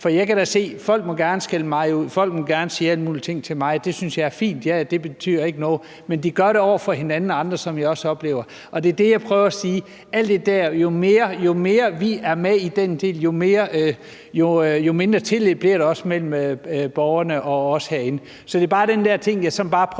skælde mig ud, og folk må gerne sige alle mulige ting til mig; det synes jeg er fint, det betyder ikke noget. Men de gør det over for hinanden og andre, som jeg oplever det, og det er der, jeg prøver at sige om alt det der, at jo mere vi er med i den del, jo mindre tillid bliver der også mellem borgerne og os herinde. Så det er den der ting, jeg sådan bare prøver